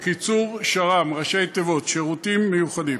בראשי תיבות: שר"מ.